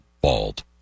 bald